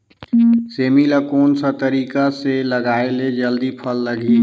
सेमी ला कोन सा तरीका से लगाय ले जल्दी फल लगही?